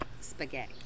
Spaghetti